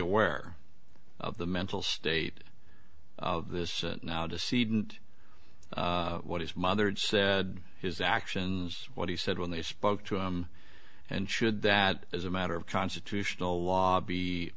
aware of the mental state of this now to see didn't what his mother had said his actions what he said when they spoke to him and should that as a matter of constitutional law b